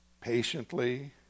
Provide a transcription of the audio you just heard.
Patiently